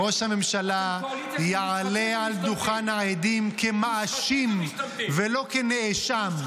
ראש הממשלה יעלה על דוכן העדים כמאשים ולא כנאשם.